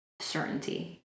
certainty